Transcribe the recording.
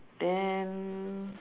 then